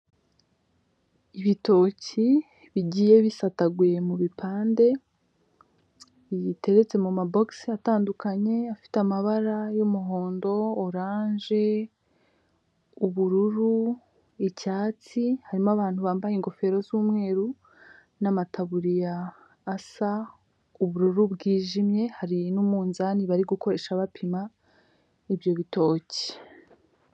Ibitoki bigiye bisataguye mu bipande biteretse mu ma bogisi atandukanye afite y'umuhondo, oranje, ubururu, icyatsi harimo abantu bambaye ingofero z'umweru n'amataburiya asa ubururu bwijimye, hari n'umunzane bari gukoresha bapima ibyo bitoki.